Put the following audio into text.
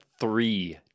three